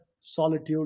solitude